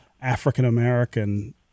African-American